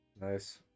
Nice